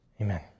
Amen